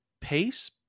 Pace